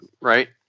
right